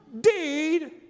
deed